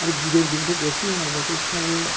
आरो गिदोर बेनिफ्राय देरसिन होनांगौबाथ' बिसिनावबो